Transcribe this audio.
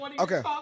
Okay